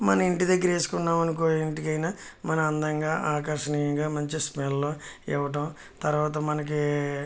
మన ఇంటి దగ్గర వేసుకున్నాం అనుకో ఏ ఇంటికైన మన అందంగా ఆకర్షణీయంగా మంచి స్మెలు ఇవ్వటం తర్వాత మనకు